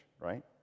right